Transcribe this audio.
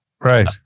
Right